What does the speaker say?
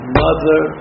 mother